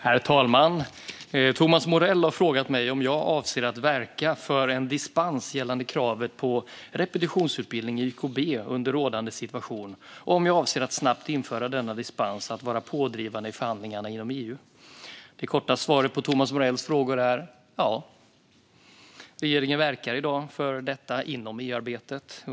Herr talman! Thomas Morell har frågat mig om jag avser att verka för en dispens gällande kravet på repetitionsutbildning i YKB under rådande situation och om jag avser att snabbt införa denna dispens och att vara pådrivande i förhandlingarna inom EU. Det korta svaret på Thomas Morells frågor är ja. Regeringen verkar i dag för detta inom EU-arbetet.